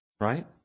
Right